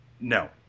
No